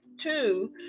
two